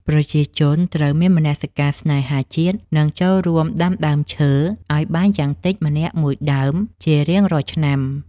ប្រជាជនត្រូវមានមនសិការស្នេហាជាតិ និងចូលរួមដាំដើមឈើឱ្យបានយ៉ាងតិចម្នាក់មួយដើមជារៀងរាល់ឆ្នាំ។